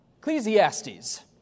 Ecclesiastes